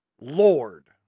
lord